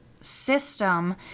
system